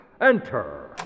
Enter